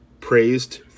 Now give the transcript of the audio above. praised